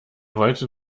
wollte